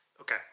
Okay